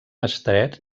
estret